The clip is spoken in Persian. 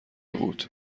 بود